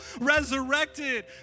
resurrected